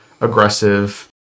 aggressive